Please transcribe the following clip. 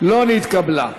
לא נתקבלה.